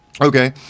Okay